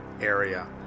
area